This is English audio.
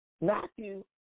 Matthew